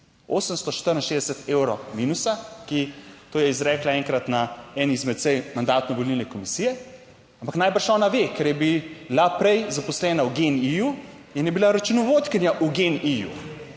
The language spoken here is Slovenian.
864 evrov minusa, ki, to je izrekla enkrat na eni izmed sej Mandatno-volilne komisije, ampak najbrž ona ve, ker je bila prej zaposlena v GEN-I-ju in je bila računovodkinja v